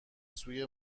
سوی